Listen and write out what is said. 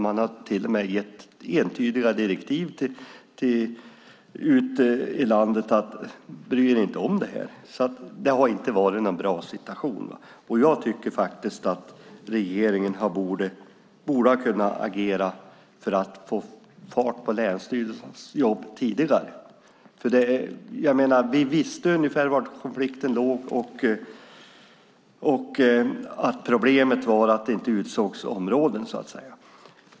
Man har till och med gett entydiga direktiv att inte bry sig om det här, så det har inte varit någon bra situation. Jag tycker att regeringen borde ha kunnat agera tidigare för att få fart på länsstyrelsernas jobb. Vi visste för ett år sedan ungefär vari konflikten låg och att problemet var att det inte utsågs områden.